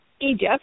Egypt